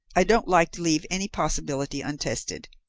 i don't like to leave any possibility untested,